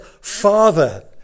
Father